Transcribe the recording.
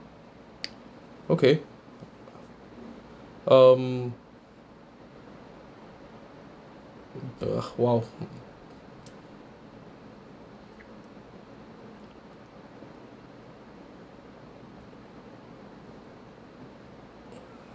okay um uh !wow!